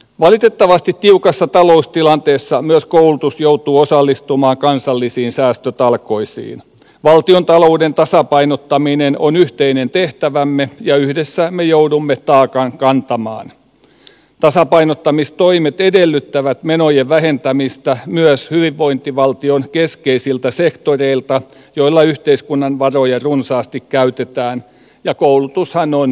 valitettavasti tiukassa taloustilanteessa myös koulutus joutuu osallistumaan kansallisiin säästötalkoisiin valtiontalouden tasapainottaminen on yhteinen tehtävämme ja yhdessä me joudumme taakan kantamaan tasapainottamistoimet edellyttävät menojen vähentämistä myös hyvinvointivaltion keskeisiltä sektoreilta joilla yhteiskunnan varoja runsaasti käytetään ja koulutushan on